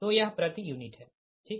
तो यह प्रति यूनिट है ठीक